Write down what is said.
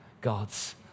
God's